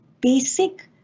basic